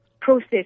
process